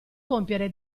compiere